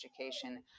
education